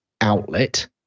outlet